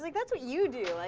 like that's what you do. like